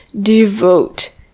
devote